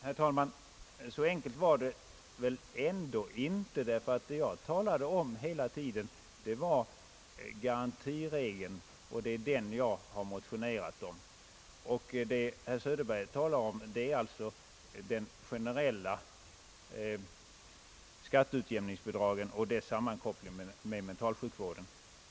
Herr talman! Så enkelt var det väl ändå inte! Det jag talat om hela tiden var garantiregeln, och det är den jag motionerat om, men det som herr Söderberg har talat om är det generella skatteutjämningsbidraget och dess sammankoppling med mentalsjukvården.